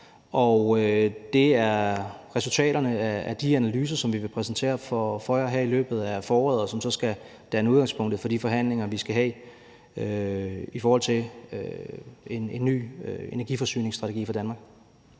og det er resultaterne af de analyser, som vi vil præsentere for jer her i løbet af foråret, og som så skal danne udgangspunktet for de forhandlinger, vi skal have, i forhold til en ny energiforsyningsstrategi for Danmark.